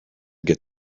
get